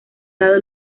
dado